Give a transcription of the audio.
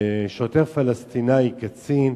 שוטר פלסטיני, קצין,